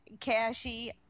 cashy